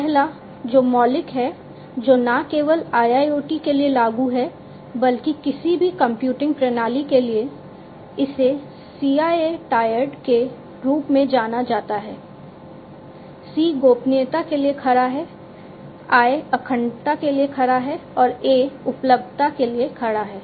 पहला जो मौलिक है जो न केवल IIoT के लिए लागू है बल्कि किसी भी कंप्यूटिंग प्रणाली के लिए इसे CIA ट्रायड के रूप में जाना जाता है C गोपनीयता के लिए खड़ा है I अखंडता के लिए खड़ा है और A उपलब्धता के लिए खड़ा है